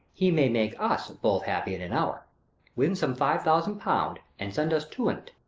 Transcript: he may make us both happy in an hour win some five thousand pound, and send us two on't.